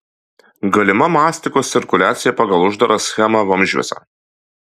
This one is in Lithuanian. galima mastikos cirkuliacija pagal uždarą schemą vamzdžiuose